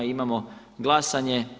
Imamo glasanje.